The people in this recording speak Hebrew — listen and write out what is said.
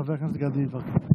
חבר הכנסת גדי יברקן.